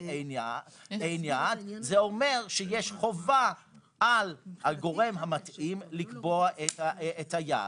אלא שיש חובה על הגורם המתאים לקבוע את היעד.